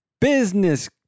Business